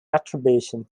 attribution